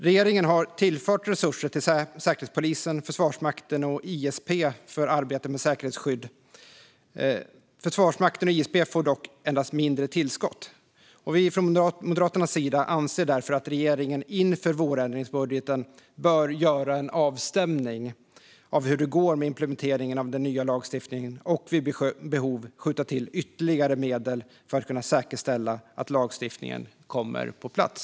Regeringen har tillfört resurser till Säkerhetspolisen, Försvarsmakten och Inspektionen för strategiska produkter, ISP, för arbetet med säkerhetsskydd. Försvarsmakten och ISP får dock endast mindre tillskott. Moderaterna anser därför att regeringen inför vårändringsbudgeten bör göra en avstämning av hur det går med implementeringen av den nya lagstiftningen och vid behov skjuta till ytterligare medel för att säkerställa att lagstiftningen kommer på plats.